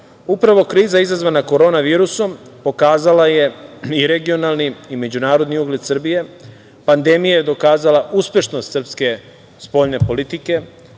planu. Upravo kriza izazvana korona virusom pokazala je i regionalni i međunarodni ugled Srbije, pandemija je dokazala uspešnost srpske spoljne politike,